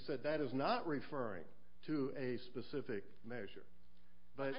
said that is not referring to a specific measure but